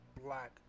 black